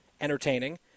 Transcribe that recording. entertaining